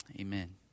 amen